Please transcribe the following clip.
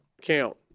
count